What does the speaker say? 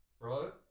Bro